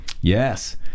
Yes